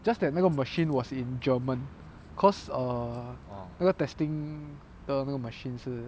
just that 那个 machine was in german because err 那个 testing 的那个 machine 是